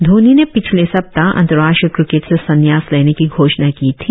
धोनी ने पिछले सप्ताह अंतर्राष्ट्रीय क्रिकेट से संन्यास लेने की घोषणा की थी